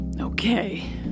Okay